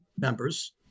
members